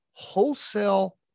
wholesale